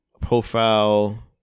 Profile